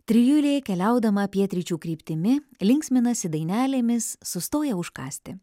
trijulė keliaudama pietryčių kryptimi linksminasi dainelėmis sustoję užkąsti